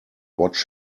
watch